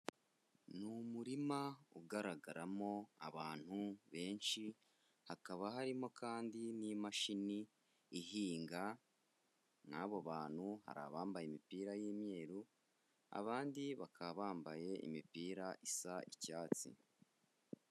Ni umurima ugaragaramo abantu benshi, hakaba harimo kandi n'imashini ihinga n'abo bantu hari abambaye imipira y'imyeru, abandi bakaba bambaye imipira isa icyatsi.